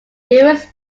was